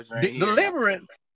Deliverance